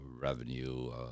revenue